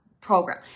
program